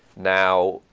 now,